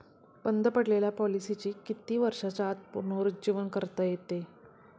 बंद पडलेल्या पॉलिसीचे किती वर्षांच्या आत पुनरुज्जीवन करता येते?